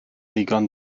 ddigon